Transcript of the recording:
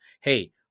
hey